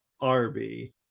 Arby